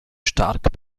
stark